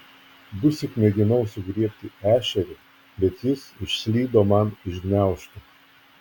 dusyk mėginau sugriebti ešerį bet jis išslydo man iš gniaužtų